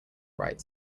right